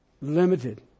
Limited